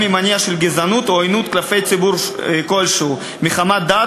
ממניע של גזענות או עוינות כלפי ציבור כלשהו מחמת דת,